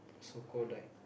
so call like